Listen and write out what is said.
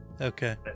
Okay